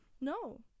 No